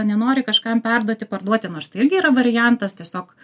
nenori kažkam perduoti parduoti nors tai irgi yra variantas tiesiog